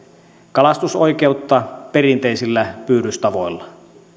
kalastusoikeutta perinteisillä pyydystavoilla